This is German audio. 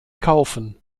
kaufen